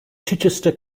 chichester